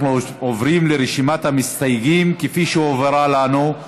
אנחנו עוברים לרשימת המסתייגים כפי שהועברה לנו.